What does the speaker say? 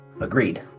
Agreed